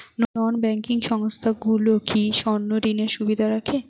নন banking সংস্থাগুলো কি স্বর্ণঋণের সুবিধা রাখে?